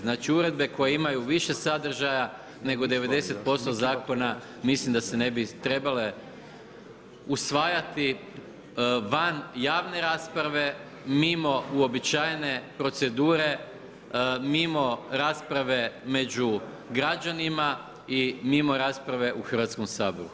Znači uredbe koje imaju više sadržaja nego 90% zakona mislim da se ne bi trebale usvajati van javne rasprave mimo uobičajene procedure, mimo rasprave među građanima i mimo rasprave u Hrvatskom saboru.